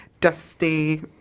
dusty